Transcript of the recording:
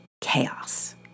chaos